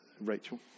Rachel